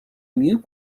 mieux